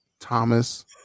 Thomas